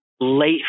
late